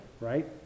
right